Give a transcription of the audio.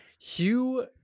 hugh